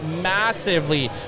massively